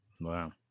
Wow